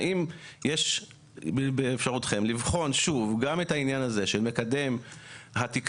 האם יש באפשרותכם לבחון שוב גם את העניין הזה של מקדם התקצוב,